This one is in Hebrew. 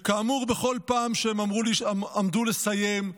וכאמור, בכל פעם שהם עמדו לסיים,